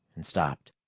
and stopped.